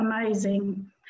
amazing